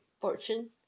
fortune